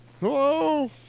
Hello